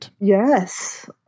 Yes